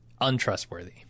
untrustworthy